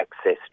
access